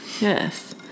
Yes